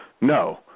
No